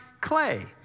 clay